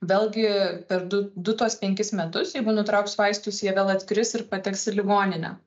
vėlgi per du du tuos penkis metus jeigu nutrauks vaistus jie vėl atkris ir pateks į ligoninę